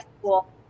school